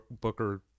Booker